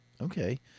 Okay